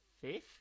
fifth